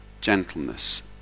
gentleness